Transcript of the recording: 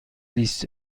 بیست